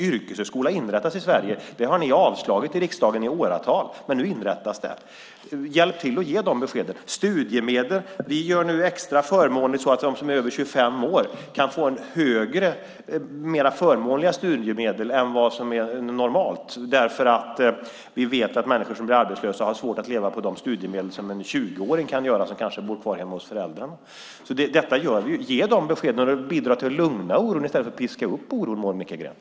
Yrkeshögskola inrättas i Sverige. Det har ni avvisat i riksdagen i åratal, men nu inrättas det. Hjälp till att ge de beskeden! När det gäller studiemedel gör vi det extra förmånligt för dem som är över 25 år. De kan få högre och mer förmånliga studiemedel än vad som är normalt därför att vi vet att människor som blir arbetslösa har svårt att leva på de studiemedel som en 20-åring kan göra som kanske bor kvar hemma hos föräldrarna. Detta gör vi. Vi ger dessa besked. Bidra till att lugna oron i stället för piska upp oron, Monica Green!